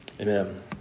Amen